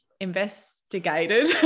Investigated